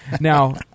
Now